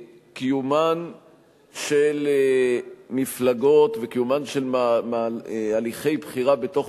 קיומן של מפלגות ואת קיומם של הליכי בחירה בתוך